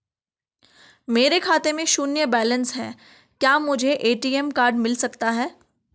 मेरे खाते में शून्य बैलेंस है क्या मुझे ए.टी.एम कार्ड मिल सकता है?